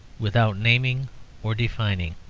without naming or defining.